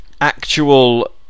actual